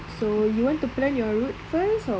so you want to plan your route first or [what]